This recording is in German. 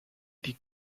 die